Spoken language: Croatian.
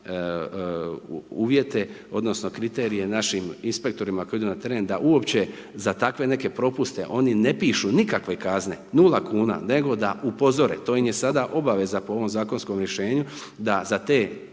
uvjete odnosno kriterije našim inspektorima koji idu na teren da uopće za takve neke propuste oni ne pišu nikakve kazne 0 kuna nego da upozore, to im je sada obaveza po ovom zakonskom rješenju da za te